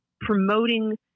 promoting